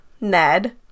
Ned